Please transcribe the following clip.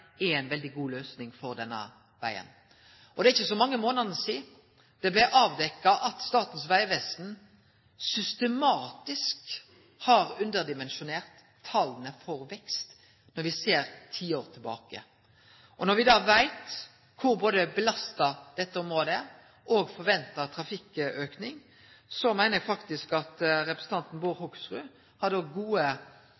kallar ein smal firefeltsveg, er ei veldig god løysing på denne vegen. Det er ikkje så mange månadene sidan det blei avdekt at Statens vegvesen systematisk har underdimensjonert tala for vekst når me ser tiår tilbake. Når me da veit både kor belasta dette området er og venta trafikkauke, meiner eg faktisk at representanten